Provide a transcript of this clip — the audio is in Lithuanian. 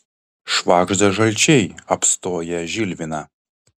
švagžda žalčiai apstoję žilviną